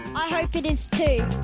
i hope it is to.